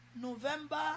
November